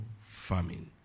famine